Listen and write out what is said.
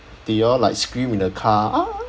they all like scream in the car